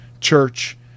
church